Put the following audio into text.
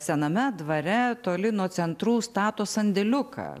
sename dvare toli nuo centrų stato sandėliuką